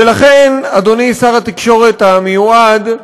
ולכן, אדוני שר התקשורת המיועד,